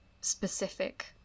specific